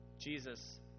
Jesus